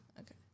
Okay